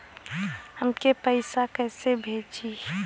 हमके पैसा कइसे भेजी?